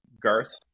Garth